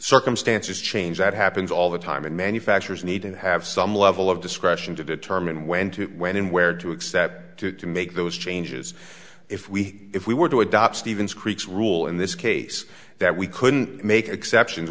circumstances change that happens all the time manufacturers need to have some level of discretion to determine when to when and where to accept to make those changes if we if we were to adopt stephen's creaks rule in this case that we couldn't make exceptions